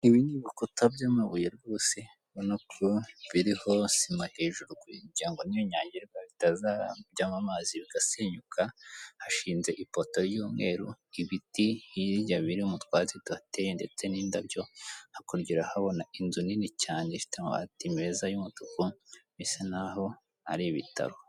Ibi ni ibikuta by'amabuye rwose, ubona ko biriho sima hejuru kugirango nibinyagirwa bitazajyamo amazi bigasenyuka. Hashinze ipoto ry'umweru, ibiti hirya biri mu twatsi tuhateye ndetse n'indabyo. Hakurya urahabona inzu nini cyane ifite amabati meza y'umutuku bisa nkaho ari ibitaro.